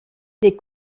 les